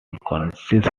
consists